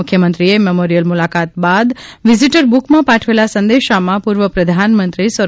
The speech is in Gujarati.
મુખ્યમંત્રીશ્રીએ મેમોરિયલ મૂલાકાત બાદ વિઝીટર બૂકમાં પાઠવેલા સંદેશામાં પૂર્વ પ્રધાનમંત્રી સ્વ